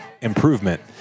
improvement